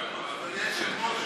אדוני היושב-ראש,